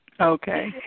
Okay